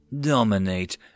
Dominate